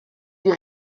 die